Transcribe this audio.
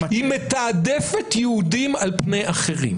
היא מתעדפת יהודים על פני אחרים.